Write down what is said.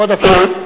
כבוד השר.